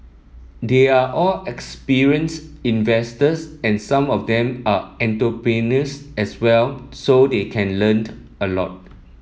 they are all experienced investors and some of them are entrepreneurs as well so they can learnt a lot